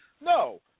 No